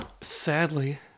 Sadly